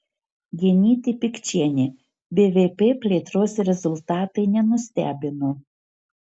genytė pikčienė bvp plėtros rezultatai nenustebino